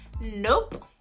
Nope